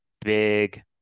big